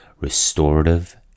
restorative